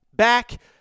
back